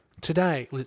today